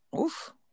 oof